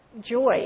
Joy